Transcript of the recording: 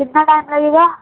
کتنا ٹائم لگے گا